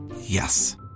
Yes